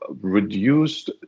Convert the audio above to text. reduced